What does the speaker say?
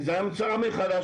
זו המצאה מחדש,